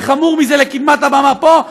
וחמור מזה, לקדמת הבמה פה.